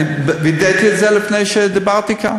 אני וידאתי את זה, לפני שדיברתי כאן.